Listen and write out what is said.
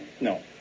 no